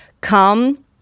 Come